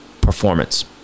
performance